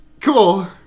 Cool